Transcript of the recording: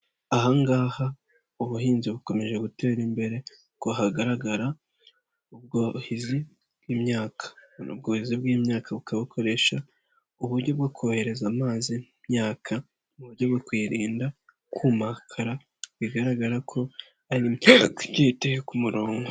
Aha ngaha ubuhinzi bukomeje gutera imbere, uku hagaragara ubwuhizi bw'imyaka. Ubworozi bw'imyaka bukabukoresha uburyo bwo kohereza amazi imyaka mu buryo bwo kwirinda kumakara, bigaragara ko hari immyaka igiye iteye ku murongo.